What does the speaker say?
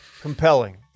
Compelling